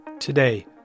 Today